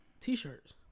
T-shirts